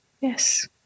Yes